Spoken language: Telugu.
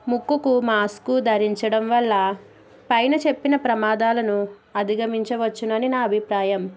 ముక్కుకు మాస్కు ధరించడం వల్ల పైన చెప్పిన ప్రమాదాలను అధిగమించవచ్చునని నా అభిప్రాయం